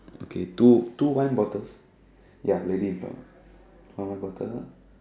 okay two two wine bottles ya lady in front one wine bottle